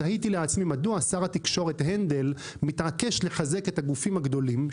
תהיתי לעצמי מדוע שר התקשורת הנדל מתעקש לחזק את הגופים הגדולים,